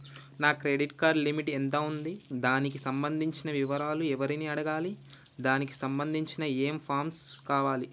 నా credit limit ఎంత ఉంది? దానికి సంబంధించిన వివరాలు ఎవరిని అడగాలి? దానికి సంబంధించిన ఏమేం ప్రూఫ్స్ కావాలి?